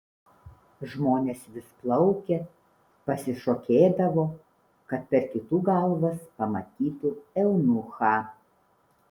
žmonės vis plaukė pasišokėdavo kad per kitų galvas pamatytų eunuchą